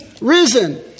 risen